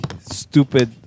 stupid